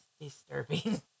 disturbing